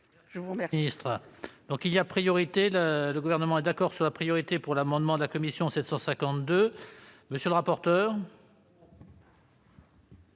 je vous remercie